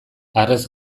harrez